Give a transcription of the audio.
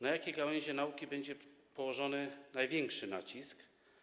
Na jakie gałęzie nauki będzie położony największy nacisk?